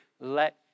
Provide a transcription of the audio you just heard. let